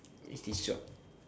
it's this job